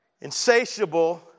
insatiable